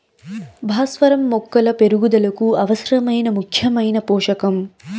భాస్వరం మొక్కల పెరుగుదలకు అవసరమైన ముఖ్యమైన పోషకం